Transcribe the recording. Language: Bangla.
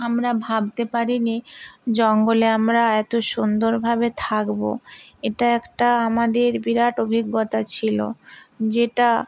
আমরা ভাবতে পারি নি জঙ্গলে আমরা এতো সুন্দরভাবে থাকবো এটা একটা আমাদের বিরাট অভিজ্ঞতা ছিলো যেটা